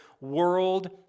world